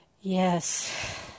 Yes